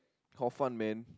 Hor-Fun man